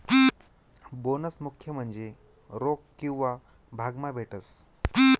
bonus मुख्य म्हन्जे रोक किंवा भाग मा भेटस